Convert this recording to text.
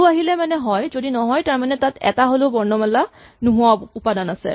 ট্ৰো আহিলে মানে হয় যদি নহয় তাৰমানে তাত এটা হ'লেও বৰ্ণমালা নোহোৱা উপাদান আছে